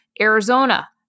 Arizona